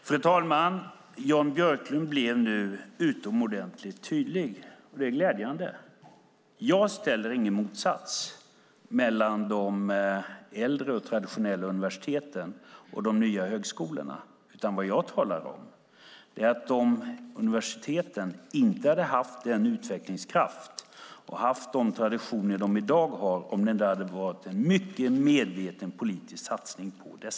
Fru talman! Jan Björklund blir nu utomordentligt tydlig, och det är glädjande. Jag gör ingen motsats mellan de äldre och traditionella universiteten och de nya högskolorna. Vad jag säger är att universiteten inte hade haft den utvecklingskraft och de traditioner som de har i dag om det inte hade varit en mycket medveten politisk satsning på dem.